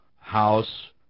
house